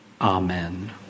Amen